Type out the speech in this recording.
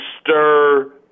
stir